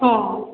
ହଁ